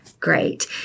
Great